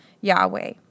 Yahweh